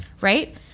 Right